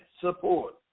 support